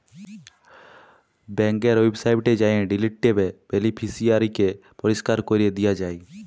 ব্যাংকের ওয়েবসাইটে যাঁয়ে ডিলিট ট্যাবে বেলিফিসিয়ারিকে পরিষ্কার ক্যরে দিয়া যায়